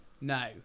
no